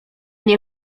nie